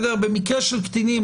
במקרה של קטינים,